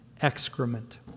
excrement